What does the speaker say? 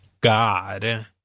God